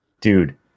dude